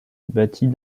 bâtis